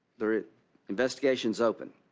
the investigation is opened.